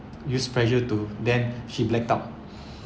use pressure to then she blacked out